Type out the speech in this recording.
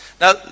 Now